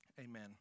Amen